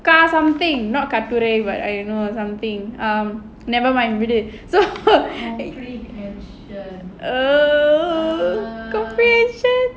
அக்கா:akka something not புரில:purila but you know something um never mind விடு:vidu so err comprehension